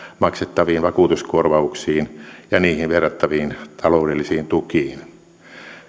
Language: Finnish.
maksettaviin vakuutuskorvauksiin ja niihin verrattaviin taloudellisiin tukiin